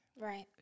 right